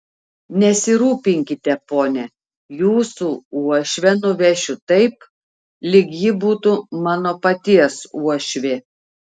nesirūpinkite pone jūsų uošvę nuvešiu taip lyg ji būtų mano paties uošvė